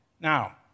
Now